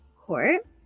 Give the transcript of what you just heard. court